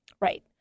Right